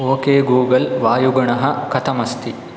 okay Google वायुगुणः कथमस्ति